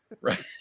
Right